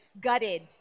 gutted